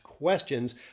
Questions